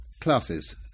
classes